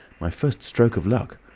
my first stroke of luck!